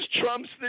Trump's